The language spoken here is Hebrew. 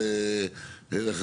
מה אתם אומרים?